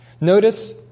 Notice